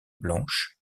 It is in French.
blanche